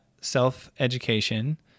self-education